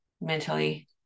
mentally